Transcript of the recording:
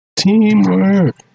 Teamwork